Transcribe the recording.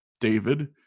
David